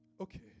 Okay